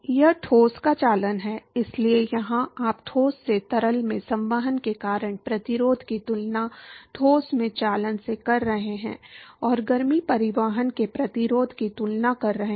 यह ठोस का चालन है इसलिए यहां आप ठोस से तरल में संवहन के कारण प्रतिरोध की तुलना ठोस में चालन से कर रहे हैं और गर्मी परिवहन के प्रतिरोध की तुलना कर रहे हैं